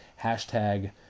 hashtag